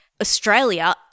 Australia